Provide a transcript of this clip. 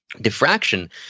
diffraction